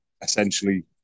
essentially